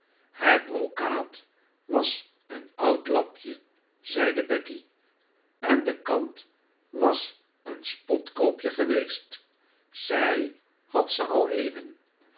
het brocaat was een oud lapje zeide becky en de kant was een spotkoopje geweest zij had ze al eeuwen